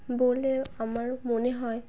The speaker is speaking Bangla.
বলে আমার মনে হয়